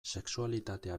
sexualitatea